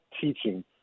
teaching